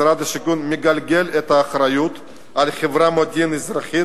משרד השיכון מגלגל את האחריות על חברת "מודיעין אזרחי",